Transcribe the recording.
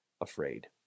afraid